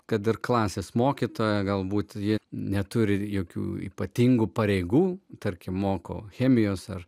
kad ir klasės mokytoja galbūt ji neturi jokių ypatingų pareigų tarkim moko chemijos ar